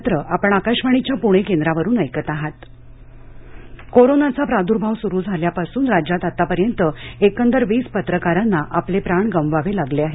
पत्रकार मृत्य कोरोनाचा प्रादुर्भाव सुरू झाल्यापासून राज्यात आतापर्यंत एकंदर वीस पत्रकारांना आपले प्राण गमवावे लागले आहेत